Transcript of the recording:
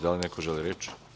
Da li neko želi reč?